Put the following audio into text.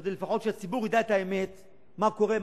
כדי שלפחות הציבור ידע את האמת מה קורה,